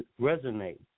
resonate